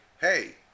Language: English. hey